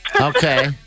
Okay